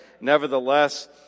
nevertheless